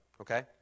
okay